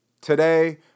today